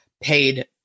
paid